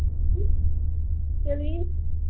ꯀꯔꯤ